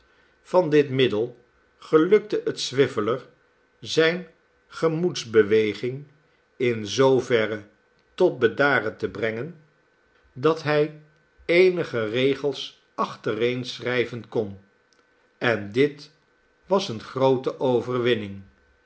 van dit middel gelukte het swiveller zijne gemoedsbeweging in zooverre tot bedaren te brengen dat hij eenige regels achtereen schrijven kon en dit was eene groote overwinning